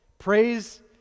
Praise